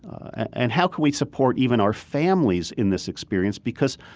and how could we support even our families in this experience because,